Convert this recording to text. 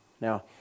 Now